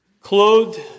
clothed